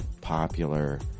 popular